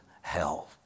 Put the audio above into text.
hell